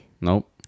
Nope